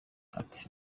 ati